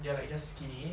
they are like just skinny